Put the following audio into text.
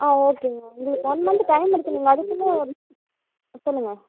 ஆ ஓகேங்க உங்களுக்கு one month time இருக்குதுங்க அதுக்குள்ளே ஆ சொல்லுங்க